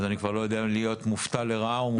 אז אני כבר לא יודע אם להיות מופתע לטובה או לרעה.